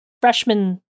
freshman